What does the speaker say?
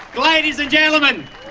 ladies and gentlemen,